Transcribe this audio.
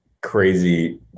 crazy